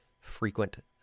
frequent